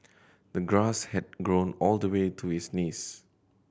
the grass had grown all the way to his knees